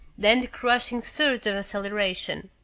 then the crushing surge of acceleration.